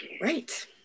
Right